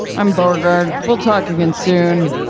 i'm beauregard, we'll talk again soon,